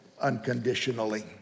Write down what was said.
unconditionally